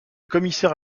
commissaire